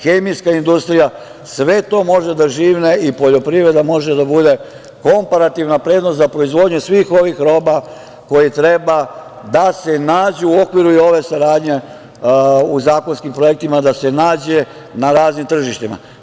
Hemijska industrija, sve to može da živne i poljoprivreda može da bude komparativna prednost za proizvodnju svih ovih roba koje treba da se nađu, u okviru i ove saradnje u zakonskim projektima, da se nađe na raznim tržištima.